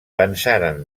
pensaren